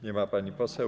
Nie ma pani poseł.